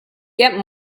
get